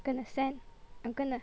gonna send I'm gonna